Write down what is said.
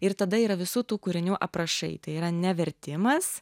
ir tada yra visų tų kūrinių aprašai tai yra ne vertimas